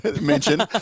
mention